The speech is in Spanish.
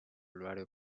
horario